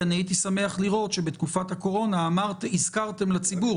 משום שאני חתומה על ההודעה הזאת אני יודעת למי הפצתי אותה.